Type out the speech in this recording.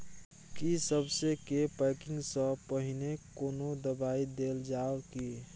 की सबसे के पैकिंग स पहिने कोनो दबाई देल जाव की?